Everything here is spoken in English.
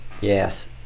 Yes